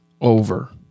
Over